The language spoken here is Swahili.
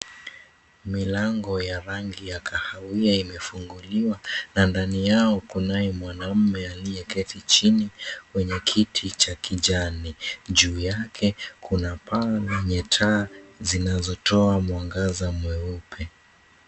Milango ya rangi ya kahawia imefunguliwa na ndani yao kunae mwanaume aliyeketi chini kwenye kiti cha kijani. Juu yake kuna paa lenye taa zinazotoa mwangaza mweupe.